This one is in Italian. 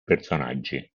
personaggi